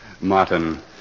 Martin